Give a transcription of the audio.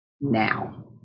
Now